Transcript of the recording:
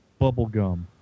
bubblegum